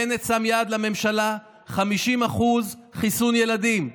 בנט שם יעד לממשלה: 50% חיסון ילדים.